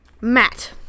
Matt